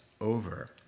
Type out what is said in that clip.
over